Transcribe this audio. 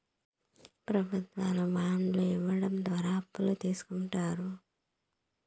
ప్రభుత్వాలు బాండ్లు ఇవ్వడం ద్వారా అప్పులు తీస్కుంటారు